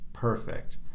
Perfect